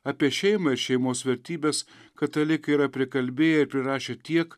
apie šeimą ir šeimos vertybes katalikai yra prikalbėję ir prirašė tiek